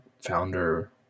founder